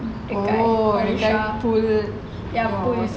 oh that guy pull oh